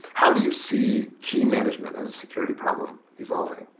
how do you see key management as a security problem evolving?